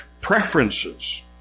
preferences